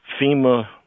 FEMA